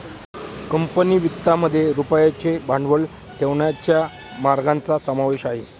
company वित्तामध्ये रुपयाचे भांडवल ठेवण्याच्या मार्गांचा समावेश आहे